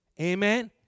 Amen